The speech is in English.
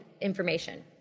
information